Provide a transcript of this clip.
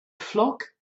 flock